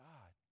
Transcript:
God